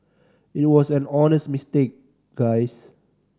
it was an honest mistake guys